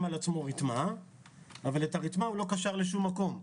על עצמו רתמה אבל הוא לא קשר אותה לשום מקום.